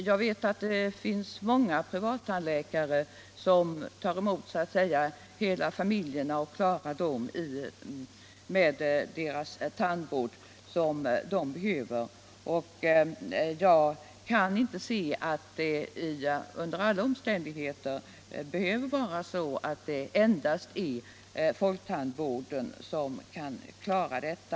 Jag vet att det finns många privattandläkare som tar emot hela familjer och klarar all den tandvård som de olika familjemedlemmarna behöver. Jag kan inte se att det under alla omständigheter behöver vara så att det endast är folktandvården som kan klara detta.